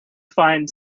find